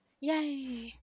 yay